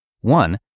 one